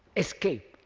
escape.